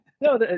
no